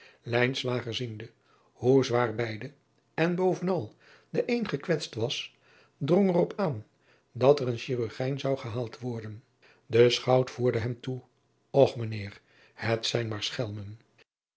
ziende hoe zwaar beide en bovenal de een gekwetst was drong er op aan dat er een hirurgijn zou gehaald worden de chout voerde hem toe ch mijn eer het zijn maar schelmen